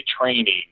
training